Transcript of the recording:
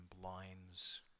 blinds